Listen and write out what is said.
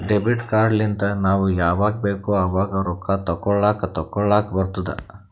debit card ಲಿಂತ್ ನಾವ್ ಯಾವಾಗ್ ಬೇಕ್ ಆವಾಗ್ ರೊಕ್ಕಾ ತೆಕ್ಕೋಲಾಕ್ ತೇಕೊಲಾಕ್ ಬರ್ತುದ್